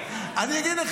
אז למה אתה נגד?